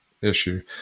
issue